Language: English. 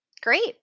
Great